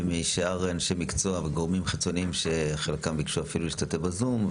ומשאר אנשי מקצוע וגורמים חיצוניים שחלקם ביקשו אפילו להשתתף בזום.